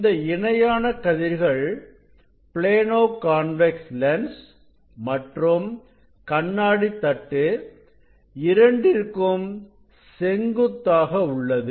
இந்த இணையான கதிர்கள் ப்ளேனோ கான்வெக்ஸ் லென்ஸ் மற்றும் கண்ணாடி தட்டு இரண்டிற்கும் செங்குத்தாக உள்ளது